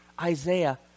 Isaiah